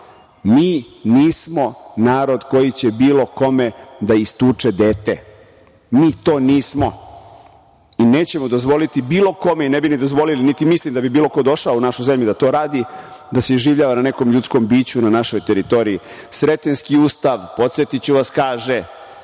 nismo narod koji će bilo kome da istuče dete. Mi to nismo i nećemo dozvoliti bilo kome i ne bi ni dozvolili, niti mislim da bi bilo ko došao u našu zemlju da to radi, da se iživljava na nekom ljudskom biću na našoj teritoriji. Sretenjski ustav, podsetiću vas kaže